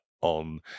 on